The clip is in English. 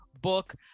Book